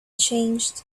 changed